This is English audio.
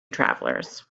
travelers